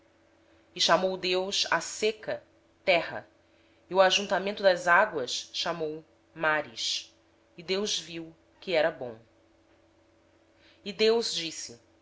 chamou deus ao elemento seco terra e ao ajuntamento das águas mares e viu deus que isso era bom e disse